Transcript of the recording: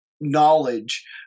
knowledge